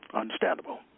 Understandable